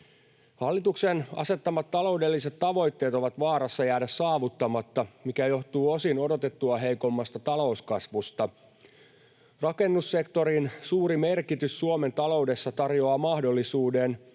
Hallituksen asettamat taloudelliset tavoitteet ovat vaarassa jäädä saavuttamatta, mikä johtuu osin odotettua heikommasta talouskasvusta. Rakennussektorin suuri merkitys Suomen taloudessa tarjoaa mahdollisuuden;